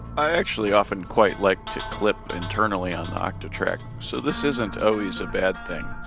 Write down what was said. i actually often quite like to clip internally on octatrack, so this isn't always a bad thing,